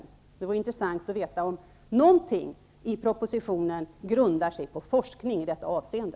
Det skulle vara intressant att få veta om någonting i propositionen grundar sig på forskning i detta avseende.